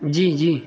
جی جی